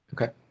Okay